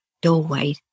doorway